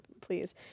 please